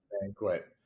banquet